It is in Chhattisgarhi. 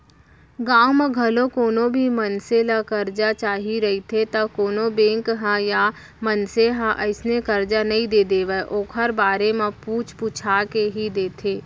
गाँव म घलौ कोनो भी मनसे ल करजा चाही रहिथे त कोनो बेंक ह या मनसे ह अइसने करजा नइ दे देवय ओखर बारे म पूछ पूछा के ही देथे